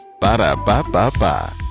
ba-da-ba-ba-ba